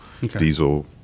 diesel